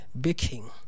baking